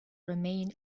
remained